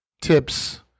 tips